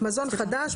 מזון חדש,